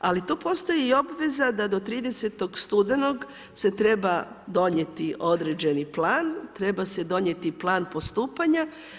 Ali tu postoji i obveza da do 30. studenog se treba donijeti određeni plan, treba se donijeti plan postupanja.